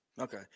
Okay